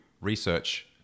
research